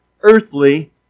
earthly